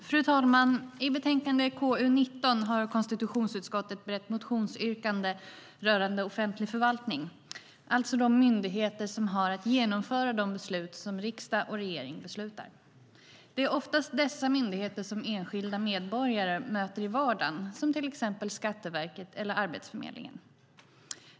Fru talman! I betänkande KU19 har konstitutionsutskottet berett motionsyrkanden rörande offentlig förvaltning, alltså de myndigheter som har att genomföra de åtgärder som riksdag och regering beslutar om. Det är oftast dessa myndigheter som enskilda medborgare möter i vardagen, till exempel Skatteverket och Arbetsförmedlingen.